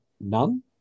None